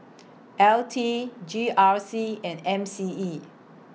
L T G R C and M C E